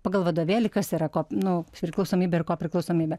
pagal vadovėlį kas yra nu priklausomybė ir kopriklausomybė